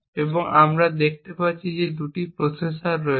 এবং আমরা দেখতে পাচ্ছি যে 2টি প্রসেসর রয়েছে